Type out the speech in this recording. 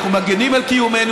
אנחנו מגינים על קיומנו,